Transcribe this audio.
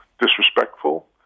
disrespectful